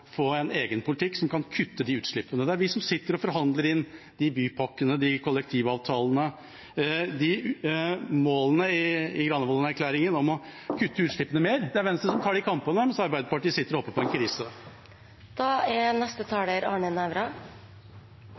få en egen politikk som kan kutte de utslippene. Det er vi som sitter og forhandler fram bypakkene og kollektivavtalene. Når det gjelder målene i Granavolden-plattformen om å kutte utslippene mer, er det Venstre som tar de kampene, mens Arbeiderpartiet sitter og håper på en krise.